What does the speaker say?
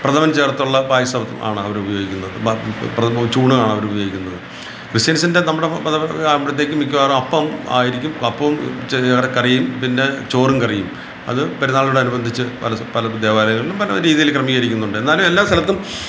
പ്രഥമൻ ചേർത്തുള്ള പായസം ആണവർ ഉപയോഗിക്കുന്നത് പ്രഥമ ചൂണ് ആണ് അവർ ഉപയോഗിക്കുന്നത് ക്രിസ്റ്റ്യൻസിന്റെ നമ്മുടെ മതപര ആകുമ്പോഴത്തേക്കും മിക്കവാറും അപ്പം ആയിരിക്കും അപ്പവും ചെറ കറിയും പിന്നെ ചോറും കറിയും അത് പെരുന്നാളിനോട് അനുബന്ധിച്ച് പലതും പല ദേവാലയങ്ങളിലും പല രീതിയിൽ ക്രമീകരിക്കുന്നുണ്ട് എന്നാലും എല്ലാ സ്ഥലത്തും